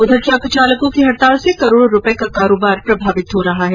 उधर ट्रक चालकों की हड़ताल से करोड़ो रूपये का कारोबार प्रभावित हो रहा है